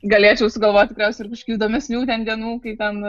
galėčiau sugalvoti tikriausiai ir kažkokių įdomesnių ten dienų kai ten